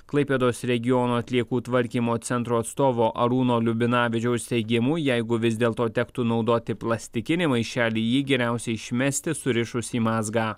klaipėdos regiono atliekų tvarkymo centro atstovo arūno liubinavičiaus teigimu jeigu vis dėl to tektų naudoti plastikinį maišelį jį geriausia išmesti surišus į mazgą